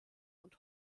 und